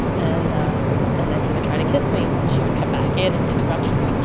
and ah and then he would try to kiss me, and then she would come back in and interrupt us